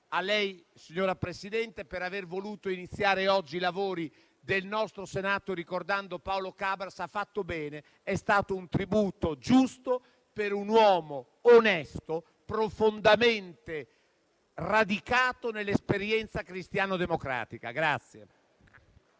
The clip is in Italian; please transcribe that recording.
Grazie a lei, signor Presidente, per aver voluto iniziare oggi i lavori del nostro Senato ricordando Paolo Cabras. Ha fatto bene, è stato un tributo giusto per un uomo onesto, profondamente radicato nell'esperienza cristiano-democratica.